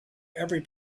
every